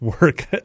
work